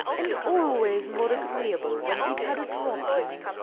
and always more agreeable when he had a drop in.